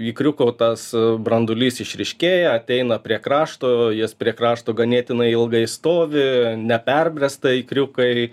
ikriuko tas branduolys išryškėja ateina prie krašto jis prie krašto ganėtinai ilgai stovi neperbręsta ikriukai